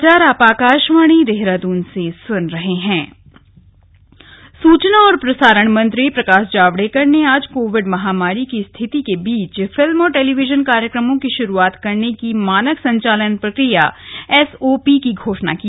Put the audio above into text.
मानक संचालन प्रक्रिया एसओपी सूचना और प्रसारण मंत्री प्रकाश जावड़ेकर ने आज कोविड महामारी की रिथिति के बीच फिल्म और टेलीविजन कार्यक्रमों की शुरूआत करने की मानक संचालन प्रक्रिया एसओपी की घोषणा की